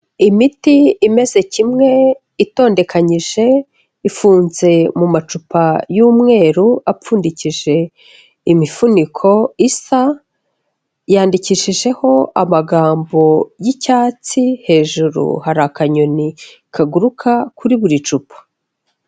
Imiti imeze kimwe itondekanyije, ifunze mu macupa y'umweru apfundikije imifuniko isa, yandikishijeho amagambo y'icyatsi, hejuru hari akanyoni kaguruka kuri buri cupa.